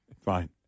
fine